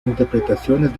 interpretaciones